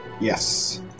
Yes